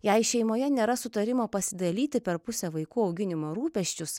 jei šeimoje nėra sutarimo pasidalyti per pusę vaikų auginimo rūpesčius